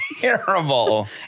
terrible